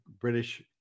British